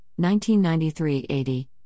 1993-80